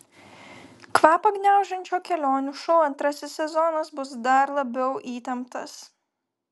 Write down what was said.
kvapą gniaužiančio kelionių šou antrasis sezonas bus dar labiau įtemptas